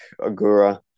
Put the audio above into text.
Agura